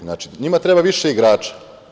Znači, njima treba više igrača.